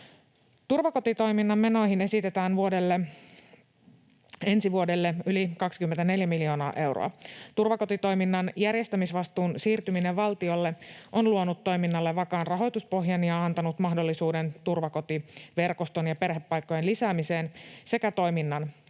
Turvakotitoiminnan menoihin esitetään ensi vuodelle yli 24 miljoonaa euroa. Turvakotitoiminnan järjestämisvastuun siirtyminen valtiolle on luonut toiminnalle vakaan rahoituspohjan ja antanut mahdollisuuden turvakotiverkoston ja perhepaikkojen lisäämiseen sekä toiminnan